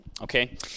okay